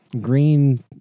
green